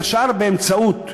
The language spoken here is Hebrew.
בין השאר באמצעות חינוך,